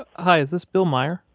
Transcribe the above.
ah hi, is this bill maier?